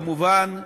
כמובן,